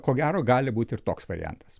ko gero gali būt ir toks variantas